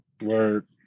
Word